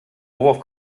worauf